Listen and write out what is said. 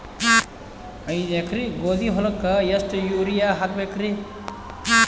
ಐದ ಎಕರಿ ಗೋಧಿ ಹೊಲಕ್ಕ ಎಷ್ಟ ಯೂರಿಯಹಾಕಬೆಕ್ರಿ?